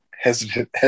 hesitant